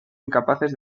incapaces